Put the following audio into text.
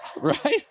right